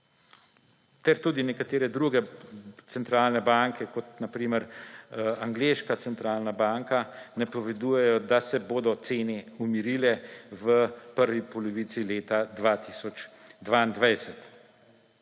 ter tudi nekatere druge centralne banke, kot na primer angleška centralna banka, napovedujejo, da se bodo cene umirile v prvi polovici leta 2022.